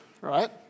right